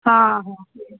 ହଁ ହଁ